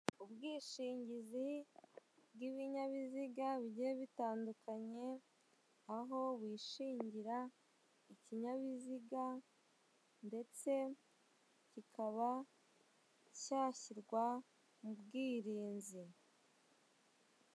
Ubwishingizi bw'ibinyabiziga bigiye bitandukanye aho wishingira ibinyabiziga ndetse kikaba cyashyirwa mu bwirinzi.